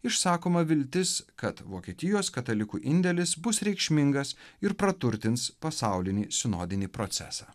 išsakoma viltis kad vokietijos katalikų indėlis bus reikšmingas ir praturtins pasaulinį sinodinį procesą